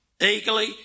eagerly